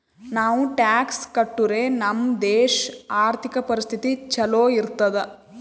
ನಾವು ಟ್ಯಾಕ್ಸ್ ಕಟ್ಟುರೆ ನಮ್ ದೇಶ ಆರ್ಥಿಕ ಪರಿಸ್ಥಿತಿ ಛಲೋ ಇರ್ತುದ್